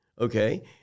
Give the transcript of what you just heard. okay